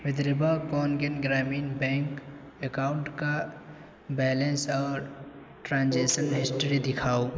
Vidarbha Konkan Gramin bank account کا balance اور transaction history دکھاؤ